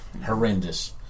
horrendous